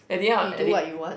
at the end at the